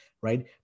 right